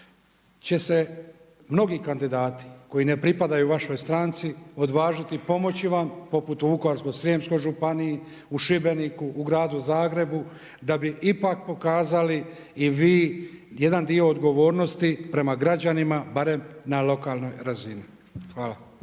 će se mnogi kandidati koji ne pripadaju vašoj stranci odvažiti pomoći vam poput u Vukovarsko-srijemskoj županiji, u Šibeniku, u gradu Zagrebu da bi ipak pokazali i vi jedan dio odgovornosti prema građanima barem na lokalnoj razini. Hvala.